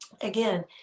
Again